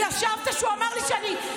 יש פה חבר'ה צעירים.